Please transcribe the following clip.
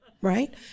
right